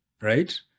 right